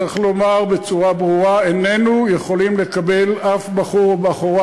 צריך לומר בצורה ברורה: איננו יכולים לקבל אף בחור או בחורה